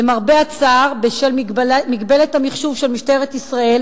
למרבה הצער, בשל מגבלת המחשוב של משטרת ישראל,